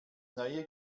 neue